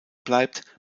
bleibt